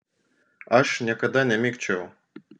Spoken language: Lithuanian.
aš niekada nemikčiojau